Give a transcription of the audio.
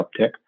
uptick